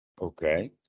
Okay